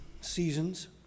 seasons